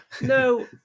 No